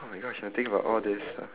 oh my gosh I think about all these ah